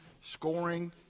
scoring